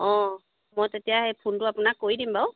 অঁ মই তেতিয়া সেই ফোনটো আপোনাক কৰি দিম বাৰু